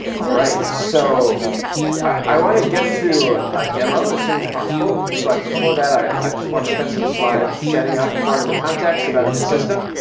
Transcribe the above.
all right, so i want to get to a demo as soon as possible. but before that, i just want to spend some slides setting up part of the context about this system.